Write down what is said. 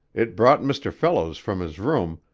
it brought mr. fellows from his room,